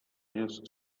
used